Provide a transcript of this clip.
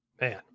man